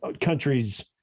countries